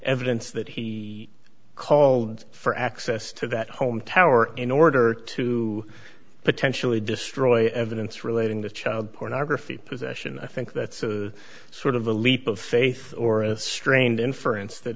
evidence that he called for access to that home tower in order to potentially destroy evidence relating to child pornography possession i think that's a sort of a leap of faith or a strained in